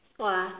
!wah!